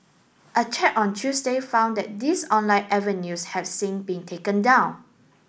a check on Tuesday found that these online avenues have since been taken down